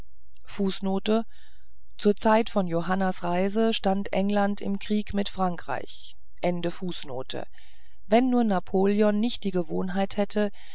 zur zeit von johannas reise stand england im krieg mit frankreich nicht die gewohnheit hätte